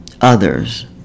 others